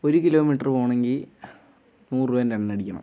ഒരു കിലോമീറ്റർ പോവണമെങ്കിൽ നൂറ് രൂപേൻ്റെ എണ്ണ അടിക്കണം